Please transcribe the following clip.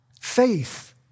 Faith